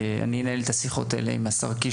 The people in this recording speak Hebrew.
אני אנהל את השיחות האלה עם השר קיש